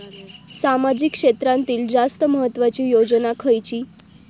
सामाजिक क्षेत्रांतील जास्त महत्त्वाची योजना खयची?